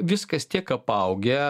viskas tiek apaugę